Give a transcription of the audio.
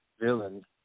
villain